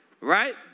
right